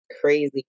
crazy